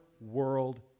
world